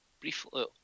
briefly